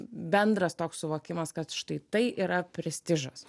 bendras toks suvokimas kad štai tai yra prestižas